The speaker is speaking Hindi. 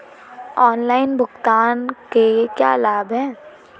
ऑनलाइन भुगतान के क्या लाभ हैं?